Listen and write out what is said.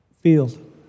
field